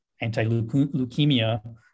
anti-leukemia